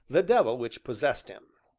the devil which possessed him.